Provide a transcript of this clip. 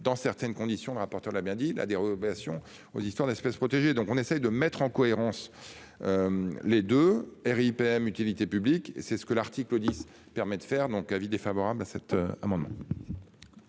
dans certaines conditions le rapporteur de la merde il a des révélations aux histoires d'espèce protégée, donc on essaie de mettre en cohérence. Les deux aires IPM utilité publique c'est ce que l'article 10 permet de faire donc un avis défavorable à cette amende.